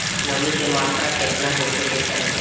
नमी के मात्रा केतना होखे के चाही?